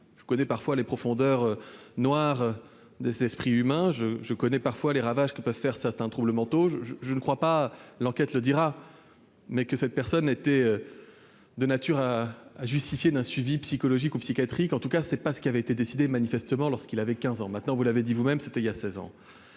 Je connais les profondeurs noires des esprits humains et les ravages que peuvent provoquer certains troubles mentaux. Je ne crois pas, mais l'enquête le dira, que l'état de cette personne était de nature à justifier un suivi psychologique ou psychiatrique. En tout cas, ce n'est pas ce qui avait été décidé lorsqu'il avait 15 ans. Cependant, vous l'avez dit vous-même, c'était il y a seize ans.